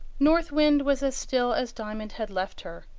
north wind was as still as diamond had left her.